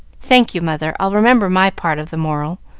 thank you, mother i'll remember my part of the moral.